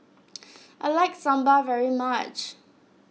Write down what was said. I like Sambal very much